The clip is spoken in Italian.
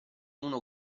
uno